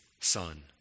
son